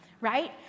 right